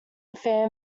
fan